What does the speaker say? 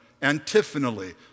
antiphonally